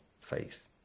faith